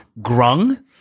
Grung